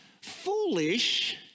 foolish